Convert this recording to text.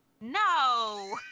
No